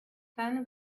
sun